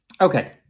Okay